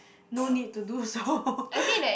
no need to do so